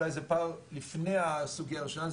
אולי זה פער לפני הסוגיה הראשונה,